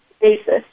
basis